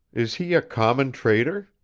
is he a common trader?